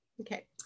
Okay